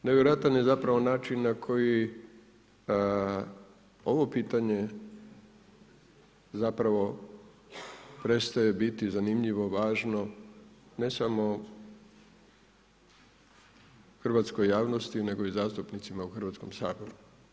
Nevjerojatan je zapravo način na koji ovo pitanje zapravo prestaje biti zanimljivo, važno ne samo hrvatskoj javnosti nego i zastupnicima u Hrvatskom saboru.